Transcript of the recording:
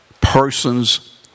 persons